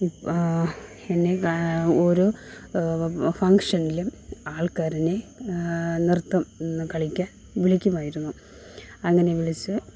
എന്നെ ഓരോ ഫങ്ക്ഷനിലും ആൾക്കാരെന്നെ നൃത്തം കളിക്കാൻ വിളിക്കുമായിരുന്നു അങ്ങനെ വിളിച്ച്